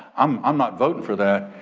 um i'm not voting for that.